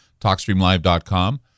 TalkStreamLive.com